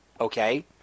okay